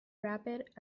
rapid